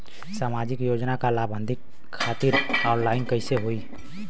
सामाजिक योजना क लाभान्वित खातिर ऑनलाइन कईसे होई?